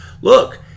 look